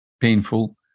painful